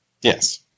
Yes